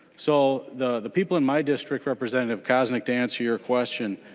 so the the people in my district representative koznick to answer your question